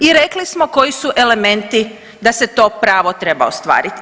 I rekli smo koji su elementi da se to pravo treba ostvariti.